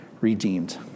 redeemed